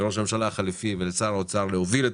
לראש הממשלה החליפי ולשר האוצר להוביל את